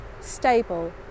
stable